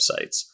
websites